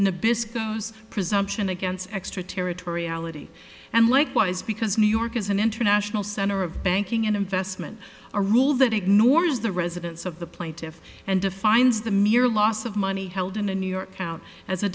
nabisco use presumption against extraterritoriality and likewise because new york is an international center of banking and investment a rule that ignores the residence of the plaintiff and defines the mere loss of money held in a new york out as a